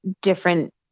different